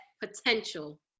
potential